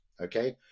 Okay